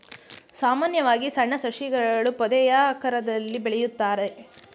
ಸಾಮಾನ್ಯವಾಗಿ ಸಣ್ಣ ಸಸಿಗಳು ಪೊದೆಯಾಕಾರದಲ್ಲಿ ಬೆಳೆಯುತ್ತದೆ